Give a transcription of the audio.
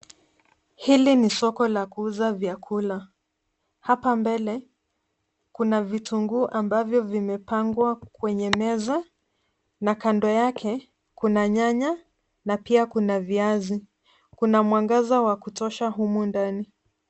Hili ni soko la kuuza vyakula. Hapa mbele kuna vitunguu ambavyo vimepangwa kwenye meza na kando yake kuna nyanya na pia kuna viazi. Kuna mwangaza wa kutosha humu ndani.